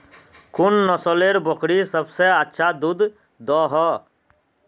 कुन नसलेर बकरी सबसे ज्यादा दूध दो हो?